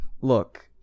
Look